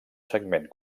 segment